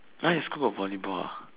now your school got volleyball ah